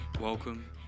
Welcome